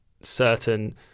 certain